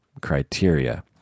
criteria